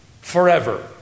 forever